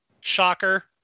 shocker